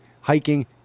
hiking